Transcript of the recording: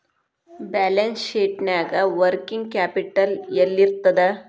Balance ಶೇಟ್ನ್ಯಾಗ working capital ಯೆಲ್ಲಿರ್ತದ?